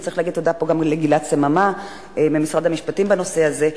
וצריך להגיד פה תודה גם לגלעד סממה ממשרד המשפטים בנושא הזה,